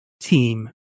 team